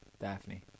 Daphne